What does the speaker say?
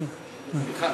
סליחה,